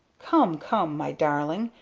come! come! my darling,